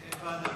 ועדה.